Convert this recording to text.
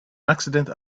accident